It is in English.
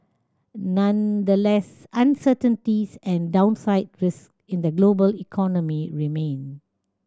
nonetheless uncertainties and downside risk in the global economy remain